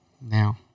Now